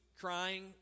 crying